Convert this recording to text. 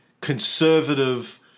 conservative